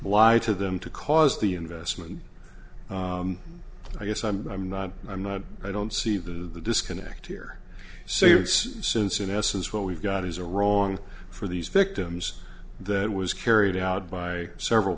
lied to them to cause the investment i guess i'm i'm not i'm not i don't see the disconnect here so use since an essence what we've got is a wrong for these victims that was carried out by several